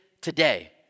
today